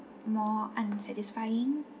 more unsatisfying